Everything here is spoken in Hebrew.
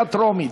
קריאה טרומית.